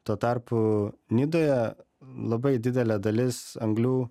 tuo tarpu nidoje labai didelė dalis anglių